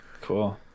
Cool